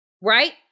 right